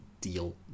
deal